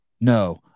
No